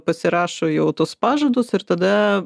pasirašo jau tuos pažadus ir tada